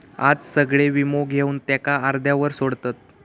आज सगळे वीमो घेवन त्याका अर्ध्यावर सोडतत